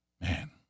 man